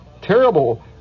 terrible